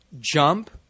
jump